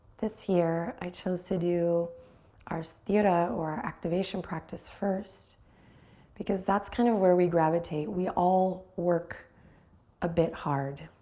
this year, i chose to do our sthira or our activation practice first because that's kind of where we gravitate. we all work a bit hard.